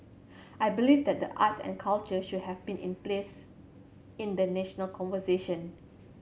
I believe that the arts and culture should have been in place in the national conversation